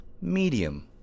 medium